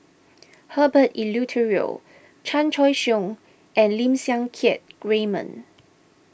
Herbert Eleuterio Chan Choy Siong and Lim Siang Keat Raymond